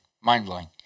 Mind-blowing